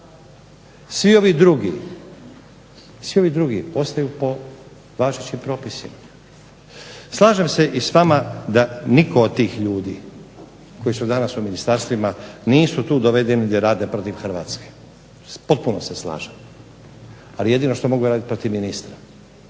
svi ovi drugi ostaju po važećim propisima. Slažem se i s vama da nitko od tih ljudi koji su danas u ministarstvima nisu tu dovedeni da rade protiv Hrvatske. Potpuno se slažem ali jedino što mogu raditi protiv ministra.